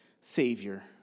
savior